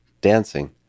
Dancing